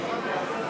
לשנת